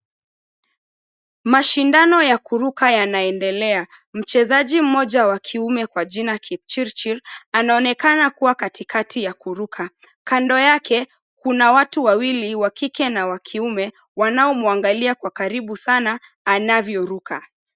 Mashindano ya kuruka yanaendelea. Mchezaji mmoja wa kiume kwa jina, Kipchirchir, anaonekana kuwa katikati ya kuruka. Kando yake, kuna watu wawili, wa kike na wa kiume, wanaomuangalia kwa karibu sana anavyoruka.